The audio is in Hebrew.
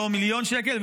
לא מיליון שקל,